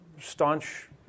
staunch